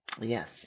Yes